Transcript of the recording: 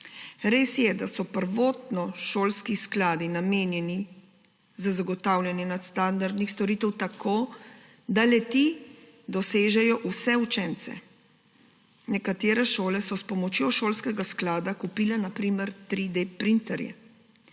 Res je, da so prvotno šolski skladi namenjeni za zagotavljanje nadstandardnih storitev tako, da le-ti dosežejo vse učence. Nekatere šole so s pomočjo šolskega sklada kupile na primer 3D-printerje,